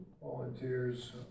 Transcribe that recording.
volunteers